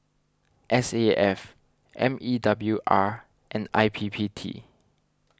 S A F M E W R and I P P T